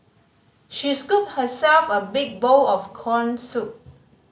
she scooped herself a big bowl of corn soup